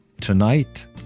tonight